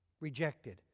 rejected